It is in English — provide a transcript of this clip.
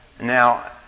Now